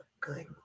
good